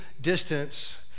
distance